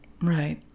Right